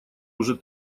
уже